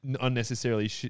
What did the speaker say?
unnecessarily